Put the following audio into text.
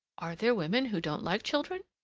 are there women who don't like children?